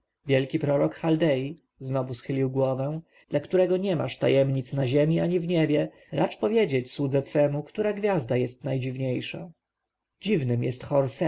wielki prorok chaldei znowu schylił głowę dla którego niemasz tajemnic na ziemi ani w niebie racz powiedzieć słudze twemu która gwiazda jest najdziwniejsza dziwnym jest hor-set